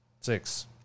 six